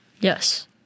yes